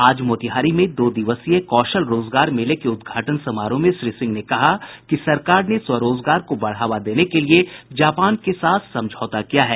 आज मोतिहारी में दो दिवसीय कौशल रोजगार मेले के उद्घाटन समारोह में श्री सिंह ने कहा कि सरकार ने स्वरोजगार को बढ़ावा देने के लिये जापान के साथ समझौता किया है